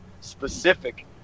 specific